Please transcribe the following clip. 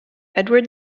eduard